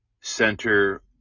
center